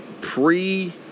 pre